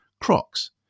Crocs